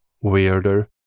weirder